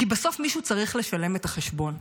כי בסוף מישהו צריך לשלם את החשבון,